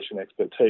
expertise